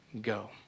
go